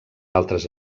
altres